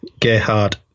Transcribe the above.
Gerhard